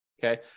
Okay